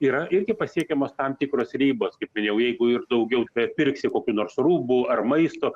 yra irgi pasiekiamos tam tikros ribos kaip minėjau jeigu ir daugiau e pirksi kokių nors rūbų ar maisto